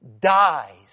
dies